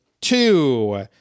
two